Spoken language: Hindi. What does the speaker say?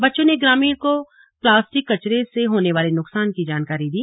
बच्चों ने ग्रामीणों को प्लास्टिक कचरे से होने वाले नुकसान की जानकारी दी